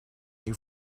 you